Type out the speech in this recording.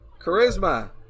Charisma